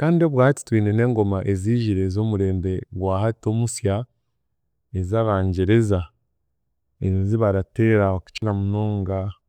Kandi obwahati twine n’engoma eziijire ez’omurembe gwa hati omusya ezabagyereza ezibarateera kukira munonga.